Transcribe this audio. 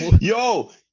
Yo